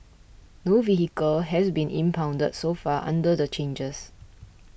no vehicle has been impounded so far under the changes